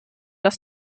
das